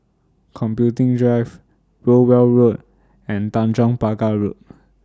Computing Drive Rowell Road and Tanjong Pagar Road